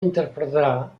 interpretarà